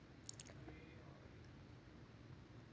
आर्थिक अर्थशास्त्राचा अभ्यास आपणच करत आहात का?